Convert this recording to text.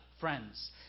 Friends